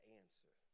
answer